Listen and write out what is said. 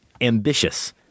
ambitious